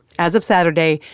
as of saturday,